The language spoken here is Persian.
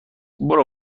برو